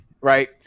right